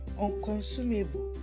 unconsumable